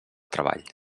treball